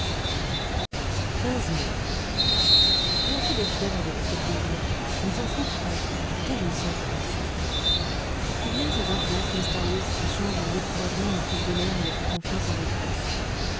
mai j'ai un peu de fièvre depuis quelques jours je me sens souffrant ou plutôt je me sens triste d'où viennent ces influences mystérieuses qui changent en découragement notre bonheur et notre confiance en détresse